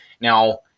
Now